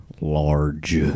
Large